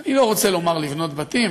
אני לא רוצה לומר לבנות בתים,